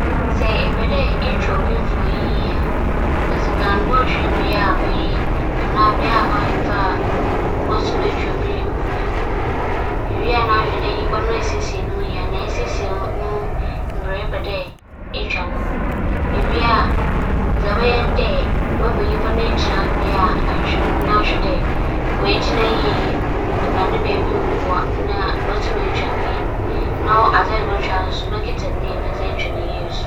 Sɛ murutwa obi na mepɛ dɛ mfonyin no yɛ fɛ a, adze a meyɛ nye dɛ, mohwehwɛ bea ewia robͻ yie na medze no gyina hͻ. ͻno ekyir no mohwɛ dɛ bea ewia no robͻ no ana nhyiren fɛfɛw bi wͻ hͻ anaa n'ekyir yɛ fɛw anaa dɛm na ͻbɛma mfonyin no ayɛ fɛw. ͻno ekyir no so mohwɛ dɛ nyimpa no bɛyɛ n'enyim yie na oegyina yie, ͻno na ͻbɛma mfonyin no ayɛ fɛw.